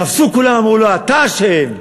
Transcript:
קפצו כולם ואמרו לו: אתה אשם.